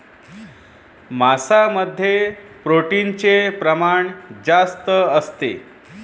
मांसामध्ये प्रोटीनचे प्रमाण जास्त असते